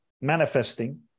manifesting